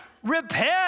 Repent